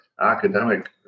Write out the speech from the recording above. academic